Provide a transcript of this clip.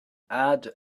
add